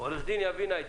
עורכת דין יבינה, את